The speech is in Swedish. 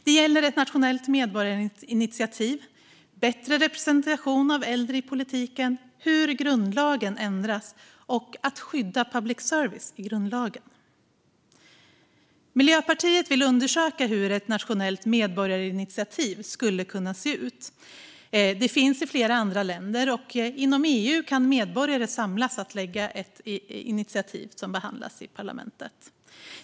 Det gäller ett nationellt medborgarinitiativ, bättre representation av äldre i politiken, hur grundlagar ändras och att skydda public service i grundlagen. Miljöpartiet vill undersöka hur ett nationellt medborgarinitiativ skulle kunna se ut. Det finns i flera andra länder, och inom EU kan medborgare samlas för att lägga fram ett initiativ som behandlas i parlamentet.